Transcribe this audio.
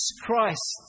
Christ